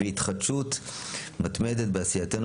בהתחדשות מתמדת בעשייתנו,